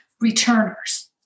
returners